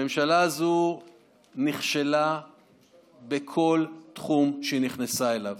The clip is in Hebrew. הממשלה הזו נכשלה בכל תחום שהיא נכנסה אליו: